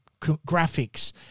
graphics